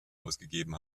ausgegeben